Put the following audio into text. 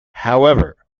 however